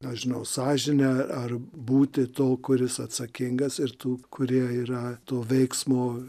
aš žinau sąžinę ar būti to kuris atsakingas ir tų kurie yra to veiksmo